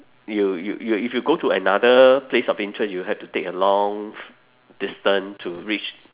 you you you if you go to another place of interest you have to take a long distance to reach